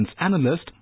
Analyst